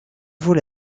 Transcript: vaut